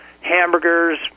hamburgers